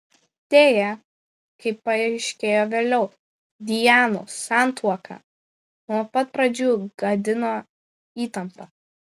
deja kaip paaiškėjo vėliau dianos santuoką nuo pat pradžių gadino įtampa